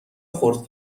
خرد